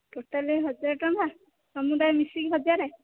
totally ହଜାରେ ଟଙ୍କା ସମୁଦାୟ ମିଶିକି ହଜାରେ